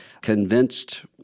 convinced